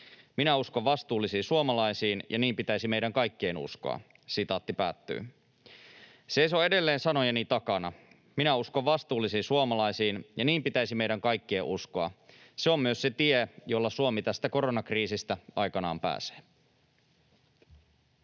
Minä uskon vastuullisiin suomalaisiin, ja niin pitäisi meidän kaikkien uskoa.” Seison edelleen sanojeni takana. Minä uskon vastuullisiin suomalaisiin, ja niin pitäisi meidän kaikkien uskoa. Se on myös se tie, jolla Suomi tästä koronakriisistä aikanaan pääsee.